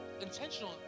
intentional